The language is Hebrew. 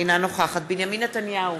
אינה נוכחת בנימין נתניהו,